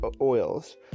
oils